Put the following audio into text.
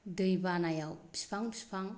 दै बानायाव बिफां बिफां